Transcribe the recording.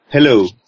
Hello